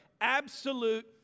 absolute